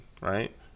right